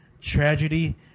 tragedy